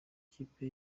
ikipe